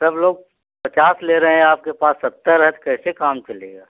सब लोग पचास ले रहे हैं आपके पास सत्तर है तो कैसे काम चलेगा